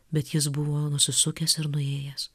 bet jis buvo jau nusisukęs ir nuėjęs